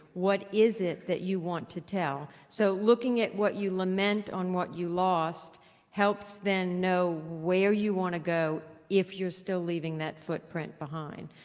what is it that you want to tell? so looking at what you lament on what you lost helps, then, know where you want to go, if you're still leaving that footprint behind.